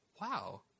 Wow